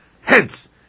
hence